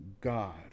God